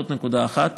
זאת נקודה אחת.